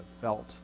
felt